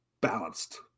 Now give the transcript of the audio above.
balanced